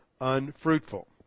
unfruitful